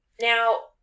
Now